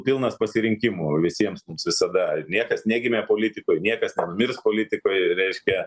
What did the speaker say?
pilnas pasirinkimų visiems mums visada ir niekas negimė politikoj niekas nenumirs politikoj reiškia